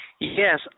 yes